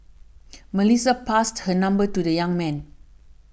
Melissa passed her number to the young man